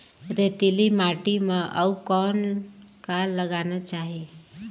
रेतीली माटी म अउ कौन का लगाना चाही?